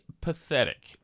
pathetic